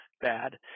bad